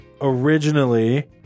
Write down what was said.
originally